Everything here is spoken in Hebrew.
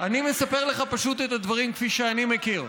אני מספר לך פשוט את הדברים כפי שאני מכיר.